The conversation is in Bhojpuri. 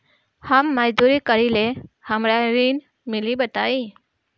हम मजदूरी करीले हमरा ऋण मिली बताई?